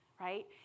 right